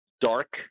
dark